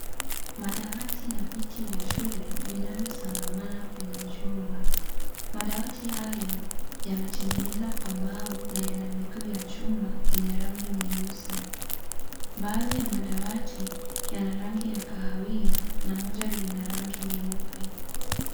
Madawati na viti vya shule vinavyosangamana kwenye chumba. Madawati hayoyametengenezwa kwa mbao na yana miguu ya chuma yenye rangi nyeusi. Baadhi ya madawati yana rangi ya kahawia na moja lina rangi nyeupe.